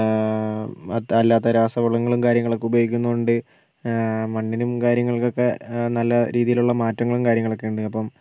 അല്ലാത്ത രാസവളങ്ങളും കാര്യങ്ങളൊക്കെ ഉപയോഗിക്കുന്നതുകൊണ്ട് മണ്ണിനും കാര്യങ്ങൾക്കൊക്കെ നല്ല രീതിയിലുള്ള മാറ്റങ്ങളും കാര്യങ്ങളൊക്കെ ഉണ്ട് അപ്പം